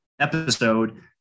episode